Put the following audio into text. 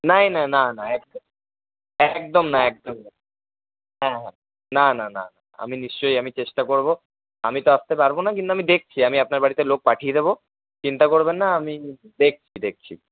না ই না না একদম একদম না একদম না হ্যাঁ না না না আমি নিশ্চয়ই আমি চেষ্টা করব আমি তো আসতে পারব না কিন্তু আমি দেখছি আমি আপনার বাড়িতে লোক পাঠিয়ে দেব চিন্তা করবেন না আমি দেখছি দেখছি